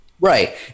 Right